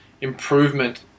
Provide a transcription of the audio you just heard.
improvement